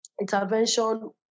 intervention